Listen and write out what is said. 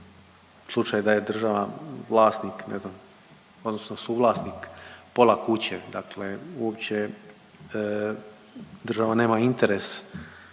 slučaj da je država vlasnik ne znam odnosno suvlasnik pola kuće, dakle uopće država nema interes